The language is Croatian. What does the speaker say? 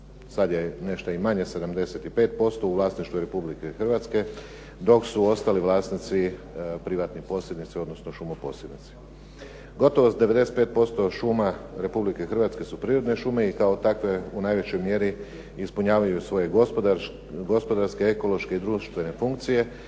sada je nešto i manje, 75% u vlasništvu je Republike Hrvatske dok su ostali vlasnici privatni posjednici, odnosno šumoposjednici. Gotovo sa 95% šuma Republike Hrvatske su prirodne šume i kao takve u najvećoj mjeri ispunjavaju svoje gospodarske, ekološke i društvene funkcije